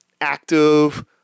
active